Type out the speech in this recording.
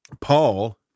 Paul